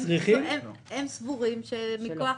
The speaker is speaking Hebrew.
הם סבורים שמכוח